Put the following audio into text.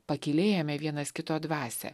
pakylėjome vienas kito dvasią